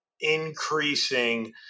increasing